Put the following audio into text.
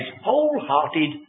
wholehearted